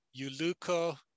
yuluko